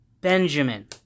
Benjamin